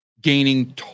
gaining